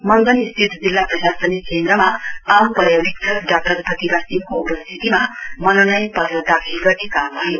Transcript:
मंगन स्थित जिल्ला प्रशासनिक केन्द्रमा आम पर्यावेक्षक डाक्टर प्रतिभा सिंहको उपस्थितीमा मनोनयन पत्र दाखिल गर्ने काम भयो